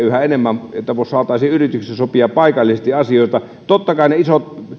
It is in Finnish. yhä enemmän saataisiin yrityksessä työnantajan ja työntekijöiden kesken sopia paikallisesti asioita totta kai ne isot